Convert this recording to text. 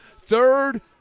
Third